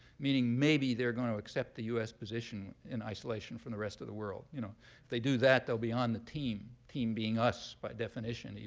meaning maybe they're going to accept the us position in isolation from the rest of the world. you know if they do that, they'll be on the team, team being us, by definition.